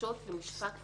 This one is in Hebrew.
בקשות למשפט חוזר.